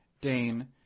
Dane